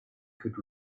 could